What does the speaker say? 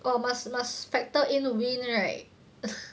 oh must must factor in wind right